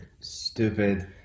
stupid